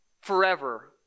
forever